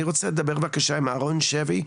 אני מבקש לדבר עם אהרון שבי,